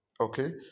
Okay